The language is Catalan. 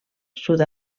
sud